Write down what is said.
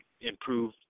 improve